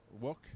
work